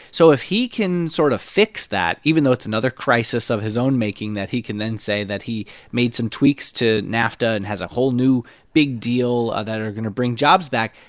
so if he can sort of fix that, even though it's another crisis of his own making, that he can then say that he made some tweaks to nafta and has a whole new big deal ah that are going to bring jobs back,